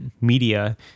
media